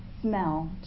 smell